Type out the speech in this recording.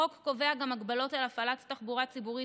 החוק קובע גם הגבלות על הפעלת תחבורה ציבורית